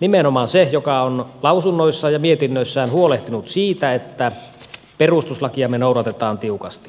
nimenomaan se joka on lausunnoissaan ja mietinnöissään huolehtinut siitä että perustuslakia me noudatamme tiukasti